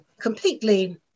completely